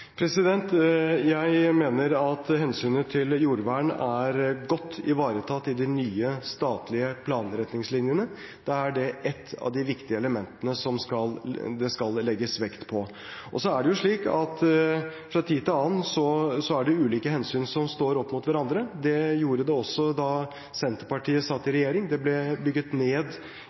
Jeg mener at hensynet til jordvern er godt ivaretatt i de nye statlige planretningslinjene. Da er det ett av de viktige elementene det skal legges vekt på. Og så er det slik at fra tid til annen er det ulike hensyn som står opp mot hverandre. Det gjorde det også da Senterpartiet satt i regjering. Det ble bygget ned